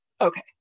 Okay